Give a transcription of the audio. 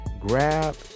grab